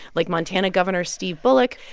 like montana governor steve bullock.